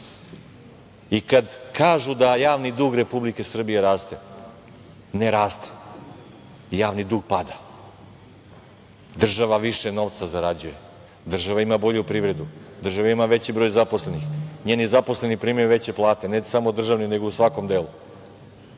Kada kažu da javni dug Republike Srbije raste, ne raste, javni dug pada. Država više novca zarađuje. Država ima bolju privredu. Država ima veći broj zaposlenih. Njeni zaposleni primaju veće plate, ne samo u držanim, nego u svakom delu.